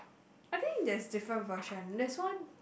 I think there's different version that's one